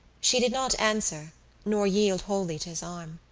she did not answer nor yield wholly to his arm.